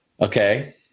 Okay